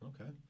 okay